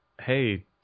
hey